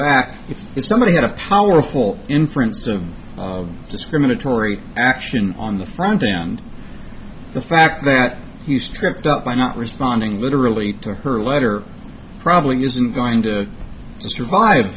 back if somebody had a powerful inference of discriminatory action on the front end the fact that he's tripped up by not responding literally to her letter probably isn't going to survive